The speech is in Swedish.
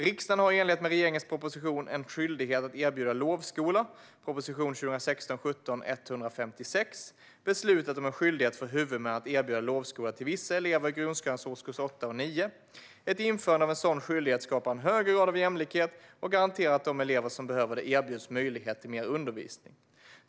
Riksdagen har i enlighet med regeringens proposition En skyldighet att erbjuda lovskola beslutat om en skyldighet för huvudmän att erbjuda lovskola till vissa elever i grundskolans årskurs 8 och 9. Ett införande av en sådan skyldighet skapar en högre grad av jämlikhet och garanterar att de elever som behöver det erbjuds möjlighet till mer undervisning.